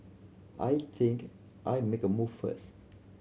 I think I'll make a move first